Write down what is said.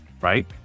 right